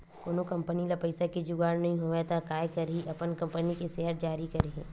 कोनो कंपनी ल पइसा के जुगाड़ नइ होवय त काय करही अपन कंपनी के सेयर जारी करही